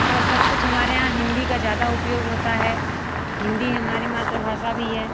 और सब कुछ हमारे यहाँ हिंदी का ज़्यादा उपयोग होता है हिंदी हमारी मातृभाषा भी है